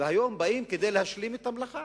והיום באים כדי להשלים את המלאכה,